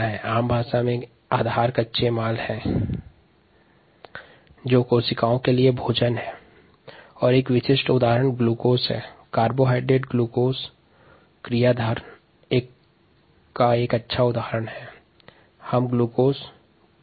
सरल भाषा में क्रियाधार एक कच्ची सामग्री है कोशिका के लिए भोजन है को क्यों लिया जाता हैं